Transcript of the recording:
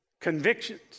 Convictions